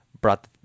brought